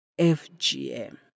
FGM